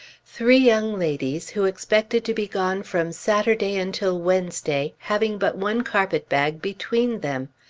three young ladies, who expected to be gone from saturday until wednesday, having but one carpet-bag between them!